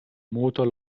motor